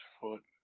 foot